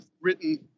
written—